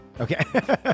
Okay